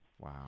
Wow